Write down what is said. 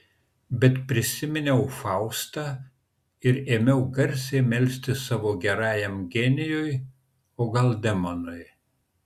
bet prisiminiau faustą ir ėmiau garsiai melstis savo gerajam genijui o gal demonui